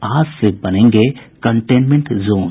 आज से बनेंगे कंटेनमेंट जोन